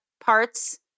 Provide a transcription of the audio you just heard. parts